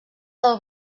del